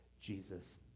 Jesus